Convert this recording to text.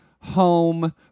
home